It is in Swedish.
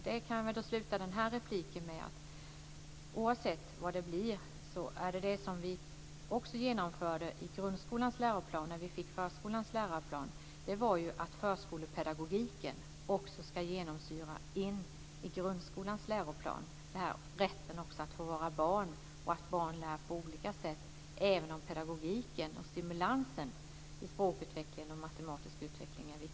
Jag kan sluta det här anförandet med att säga att oavsett vad det blir är det som vi genomförde i grundskolans läroplan när vi fick förskolans läroplan att förskolepedagogiken också ska genomsyra grundskolans läroplan. Det gäller rätten att få vara barn och att barn lär på olika sätt även om pedagogiken och stimulansen i språkutveckling och matematisk utveckling är viktig.